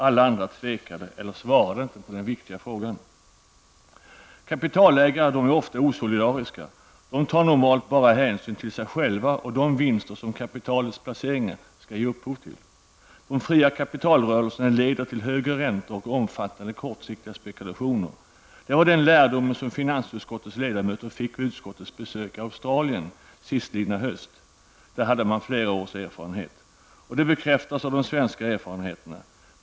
Alla andra tvekade eller svarade inte i denna viktiga fråga. Kapitalägare är ofta osolidariska. De tar normalt bara hänsyn till sig själva och de vinster som kapitalets placeringar skall ge upphov till. De fria kapitalrörelserna leder till högre räntor och omfattande kortsiktiga spekulationer. Det var den lärdom som finansutskottets ledamöter fick vid utskottets besök i Australien sistlidna höst. Där hade man flera års erfarenheter. De bekräftas av de svenska erfarenheterna.